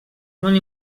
molt